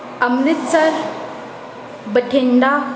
Amritsar Bathinda